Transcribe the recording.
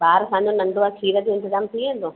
ॿार असांजो नंढो आहे खीर जो इंतिज़ाम थी वेंदो